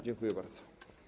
Dziękuję bardzo.